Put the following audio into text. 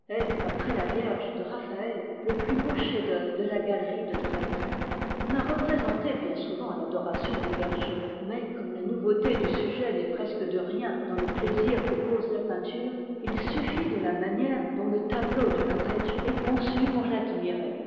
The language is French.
après la vierge de raphaël le plus beau chef dceuvre de la galerie de dresde on a représenté bien souvent l'adoration des bergers mais comme la nouveauté du sujet n'est presque de rien dans le plaisir que cause la peinture il suffit de la manière dont le tableau du corrége est conçu pour l'admirer